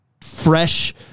fresh